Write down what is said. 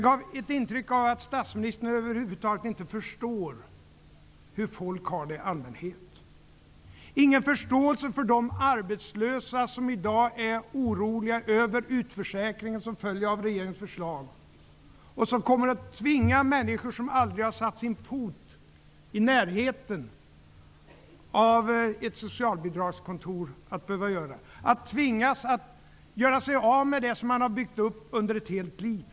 Man får intrycket av att statsministern över huvud taget inte förstår hur folk har det i allmänhet. Det finns ingen förståelse för de arbetslösa som i dag är oroliga över utförsäkringen som följer av regeringens förslag. Den kommer att tvinga människor, som aldrig har satt sin fot i närheten av ett socialbidragskontor, att behöva göra det, och att tvingas att göra sig av med det som man har byggt upp under ett helt liv.